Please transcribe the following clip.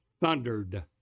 thundered